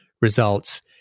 results